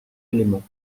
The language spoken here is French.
éléments